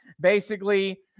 Basically-